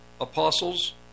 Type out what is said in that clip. apostles